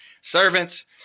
servants